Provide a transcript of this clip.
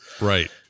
Right